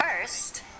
First